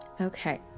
okay